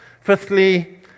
Fifthly